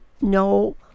no